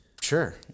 Sure